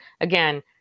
again